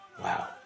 Wow